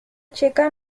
checa